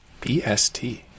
BST